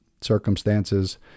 circumstances